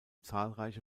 zahlreiche